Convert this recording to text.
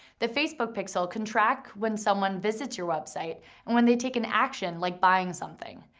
the facebook pixel can track when someone visits your website and when they take an action, like buying something.